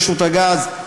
רשות הגז,